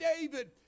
David